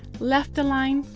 left-align,